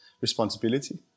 responsibility